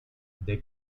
they